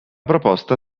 proposta